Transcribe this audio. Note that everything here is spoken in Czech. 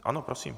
Ano, prosím.